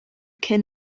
cyn